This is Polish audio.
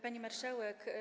Pani Marszałek!